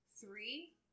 three